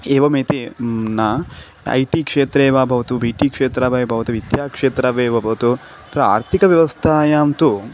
एवम् इति म्ना ऐ टि क्षेत्रे वा भवतु बि टि क्षेत्रे वा भवतु विद्या क्षेत्रे वा भवतु तत्र आर्थिकव्यवस्थायां तु